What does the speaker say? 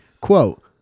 Quote